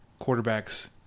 quarterbacks